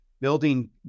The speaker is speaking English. building